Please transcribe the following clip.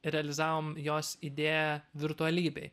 realizavom jos idėją virtualybėj